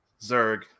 Zerg